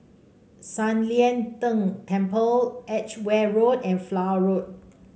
San Lian Deng Temple Edgware Road and Flower Road